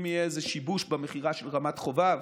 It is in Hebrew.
אם יהיה איזה שיבוש במכירה של רמת חובב,